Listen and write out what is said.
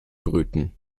brüten